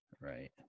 Right